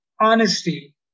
honesty